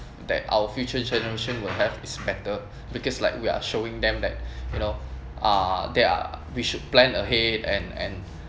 that our future generation will have is better because like we are showing them like you know uh they are we should plan ahead and and